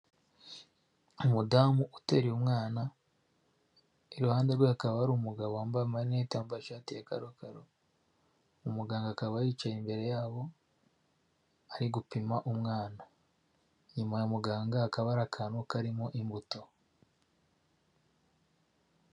Umudamu uteruye umwana, iruhande rwe hakaba ari umugabo wambaye amarinete n'ishayi ya karokaro umuganga akaba yicaye imbere yabo ari gupima umwana, inyuma ya muganga akaba ari akantu karimo imbuto.